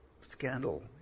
scandal